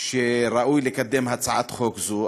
שראוי לקדם הצעת חוק זו,